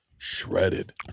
shredded